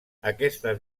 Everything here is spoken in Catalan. aquestes